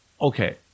okay